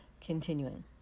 Continuing